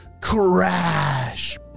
Crash